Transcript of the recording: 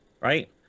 Right